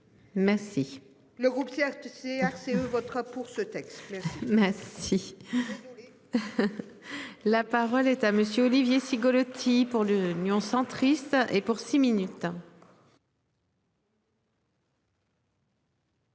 Merci. Le groupe hier tu sais assez votera pour ce texte. Merci. La parole est à monsieur Olivier Cigolotti pour l'Union centriste et pour six minutes.